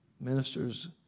ministers